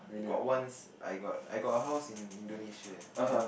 got once I got I got a house in Indonesia then